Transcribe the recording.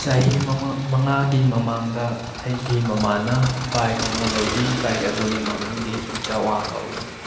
ꯆꯍꯤ ꯃꯉꯥꯒꯤ ꯃꯃꯥꯡꯗ ꯑꯩꯒꯤ ꯃꯃꯥꯅ ꯕꯥꯏꯛ ꯑꯃ ꯂꯩꯕꯤ ꯕꯥꯏꯛ ꯑꯗꯨꯒꯤ ꯃꯃꯤꯡꯗꯤ ꯖꯋꯥ ꯀꯧꯏ